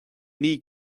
naoi